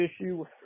issue